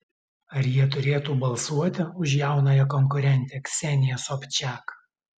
ar jie turėtų balsuoti už jaunąją konkurentę kseniją sobčiak